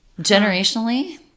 generationally